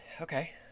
okay